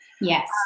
Yes